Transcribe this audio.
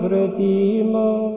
redeemer